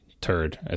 turd